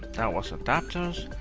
that was adapters.